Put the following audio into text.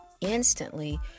instantly